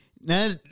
Now